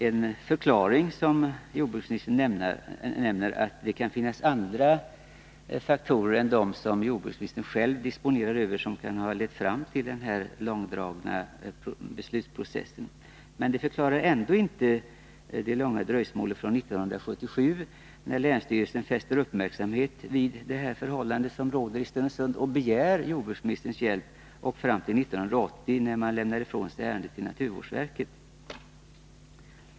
En förklaring — som jordbruksministern nämner — till den här långdragna beslutsprocessen är naturligtvis att det kan finnas andra faktorer än de som jordbruksministern själv bestämmer över. Men det förklarar ändå inte det långa dröjsmålet från 1977, när länsstyrelsen fäste uppmärksamhet på de förhållanden som rådde i Stenungsund och begärde jordbruksministerns hjälp, och fram till 1980 då man lämnade ifrån sig ärendet till naturvårdsverket.